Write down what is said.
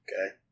Okay